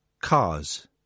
Cars